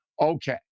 Okay